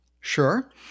Sure